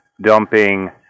dumping